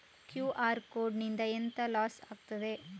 QR code ನಿಂದ ಎಂತ loss ಆಗ್ತದೆ?